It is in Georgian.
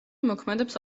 მოქმედებს